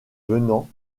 venant